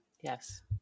Yes